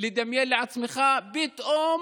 פתאום